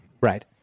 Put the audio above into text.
right